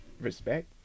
Respect